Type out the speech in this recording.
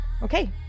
Okay